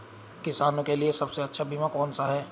किसानों के लिए सबसे अच्छा बीमा कौन सा है?